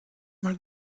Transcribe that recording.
mal